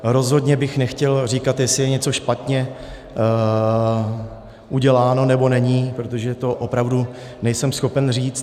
Rozhodně bych nechtěl říkat, jestli je něco špatně uděláno, nebo není, protože to opravdu nejsem schopen říct.